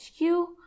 HQ